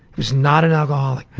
was not an alcoholic.